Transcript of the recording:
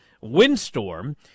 windstorm